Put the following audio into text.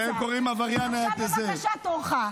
כשהם קוראים עבריין --- עכשיו בבקשה תורך.